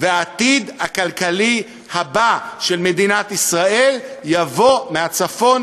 והעתיד הכלכלי הבא של מדינת ישראל יבוא מהצפון,